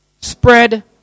spread